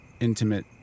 intimate